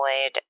avoid